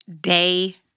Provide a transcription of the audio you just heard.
day